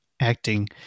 acting